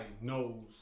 knows